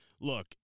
Look